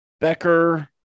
Becker